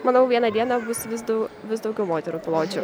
manau vieną dieną bus vis dau vis daugiau moterų piločių